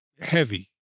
heavy